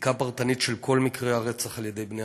מבדיקה פרטנית של כל מקרי הרצח בידי בני-זוג,